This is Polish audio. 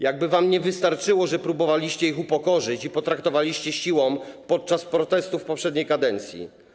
Jakby wam nie wystarczyło, że próbowaliście ich upokorzyć i potraktowaliście siłą podczas protestów w poprzedniej kadencji.